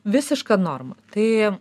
visiška norma tai